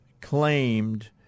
claimed